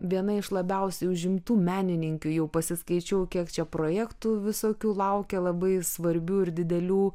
viena iš labiausiai užimtų menininkių jau pasiskaičiau kiek čia projektų visokių laukia labai svarbių ir didelių